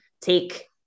take